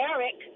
Eric